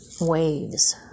waves